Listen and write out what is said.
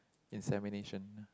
insemination